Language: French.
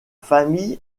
famille